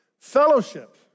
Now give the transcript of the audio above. fellowship